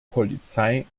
polizei